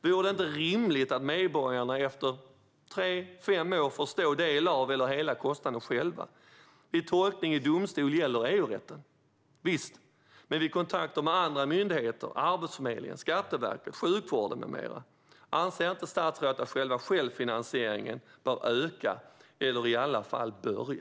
Vore det inte rimligt att medborgare efter tre eller fem år får stå för en del av eller hela kostnaden själva? Vid tolkning i domstol gäller EU-rätten - visst - men vid kontakter med andra myndigheter som Arbetsförmedlingen, Skatteverket, sjukvården och så vidare? Anser inte statsrådet att självfinansieringen bör öka eller i alla fall börja?